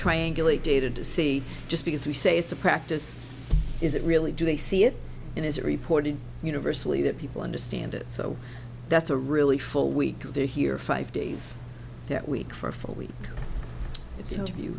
triangulate data to see just because we say it's a practice is it really do they see it in his reporting universally that people understand it so that's a really full week they're here five days that week for a full week